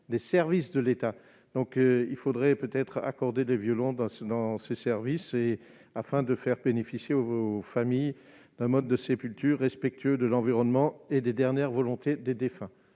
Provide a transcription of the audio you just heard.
des services de l'État, donc il faudrait peut-être accorder les violons dans ce dans ce service, et afin de faire bénéficier aux vos familles d'un mode de sépulture respectueux de l'environnement et des dernières volontés des défunts.